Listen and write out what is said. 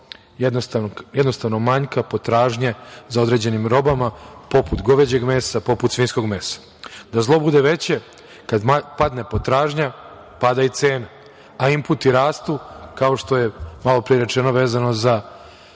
je došlo do manjka potražnje za određenim robama, poput goveđeg mesa, poput svinjskog mesa. Da zlo bude veće, kada padne potražnja, pada i cena, a inputi rastu, kao što je malopre rečeno, vezano za